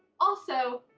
also,